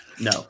No